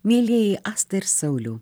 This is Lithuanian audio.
mielieji asta ir sauliau